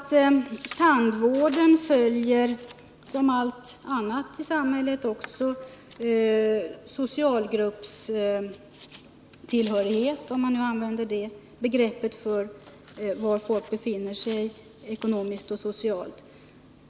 Tandvården följer, som allt annat i samhället, också socialgruppstillhörighet — om man nu skall använda det begreppet för var folk befinner sig ekonomiskt och socialt.